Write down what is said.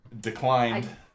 declined